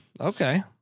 Okay